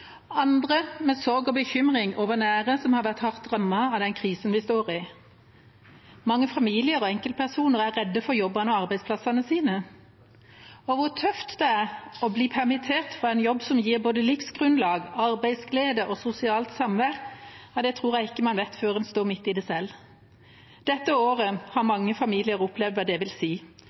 andre med sorg og bekymring over nære som har vært hardt rammet av den krisen vi står i. Mange familier og enkeltpersoner er redd for jobbene og arbeidsplassene sine. Hvor tøft det er å bli permittert fra en jobb som gir både livsgrunnlag, arbeidsglede og sosialt samvær, tror jeg ikke en vet før en selv står midt i det. Dette året har mange familier opplevd hva